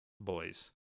boys